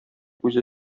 үзе